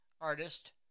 artist